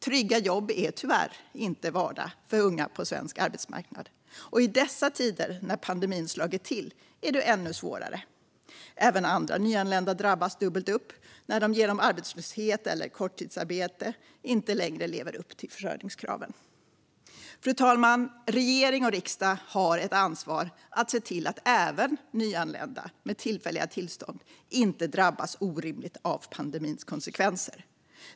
Trygga jobb är tyvärr inte vardag för unga på svensk arbetsmarknad. I dessa tider, när pandemin har slagit till, är det ännu svårare. Även andra nyanlända drabbas dubbelt upp när de genom arbetslöshet eller korttidsarbete inte längre lever upp till försörjningskraven. Fru talman! Regering och riksdag har ett ansvar för att se till att även nyanlända med tillfälliga tillstånd inte drabbas orimligt av pandemins konsekvenser.